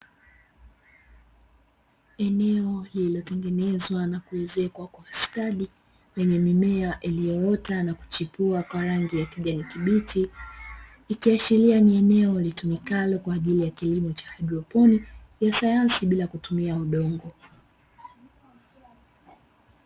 Eneo lililotengenezwa na kuezekwa kwa ustadi, lenye mimea iliyoota na kuchipua kwa rangi ya kijani kibichi, ikiashiria ni eneo litumikalo kwa ajili ya kilimo cha haidroponi, ya sayansi bila kutumia udongo.